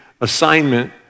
assignment